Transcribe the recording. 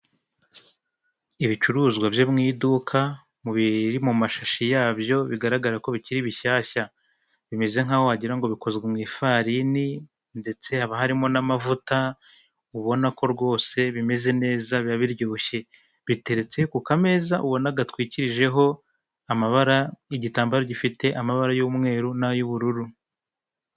Ibicuruzwa byo mu iduka biri mu mashashi yabyo bigaragara ko bikiri bishyashya, bimeze nk'aho wagira ngo bikozwe mu ifarini, ndetse haba harimo n'amavuta ubona ko rwose bimeze neza biba biryoshye. Biteretse ku kameza ubona gatwikirijeho amabara, igitambaro gifite amabara y'umweru n'ay'ubururu.